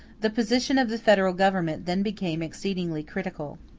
the position of the federal government then became exceedingly critical.